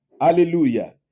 Hallelujah